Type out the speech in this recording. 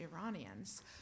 Iranians